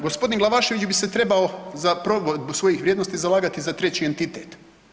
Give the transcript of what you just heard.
Gospodin Glavašević bi se trebao za provedbu svojih vrijednosti zalagati za treći entitet.